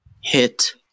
hit